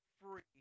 Free